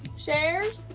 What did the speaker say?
shares?